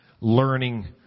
learning